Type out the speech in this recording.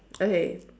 okay